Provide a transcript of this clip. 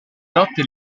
notte